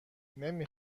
نمی